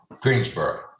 Greensboro